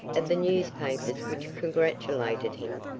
of the newspapers which congratulated him,